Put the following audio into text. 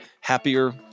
happier